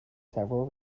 several